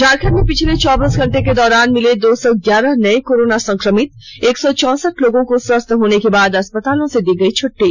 झारखंड में पिछले चौबीस घंटे के दौरान मिले दो सौ ग्यारह नए कोरोना संक्रमित एक सौ चौंसठ लोगों को स्वस्थ होने के बाद अस्पतालों से दी गई छुट्टी